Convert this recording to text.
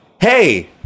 hey